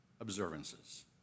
observances